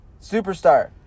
Superstar